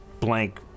Blank